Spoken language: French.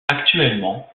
actuellement